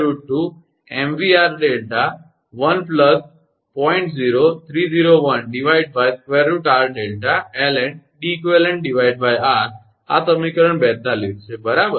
0301√𝑟𝛿ln𝐷𝑒𝑞𝑟 આ સમીકરણ 42 છે બરાબર